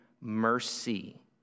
mercy